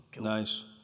Nice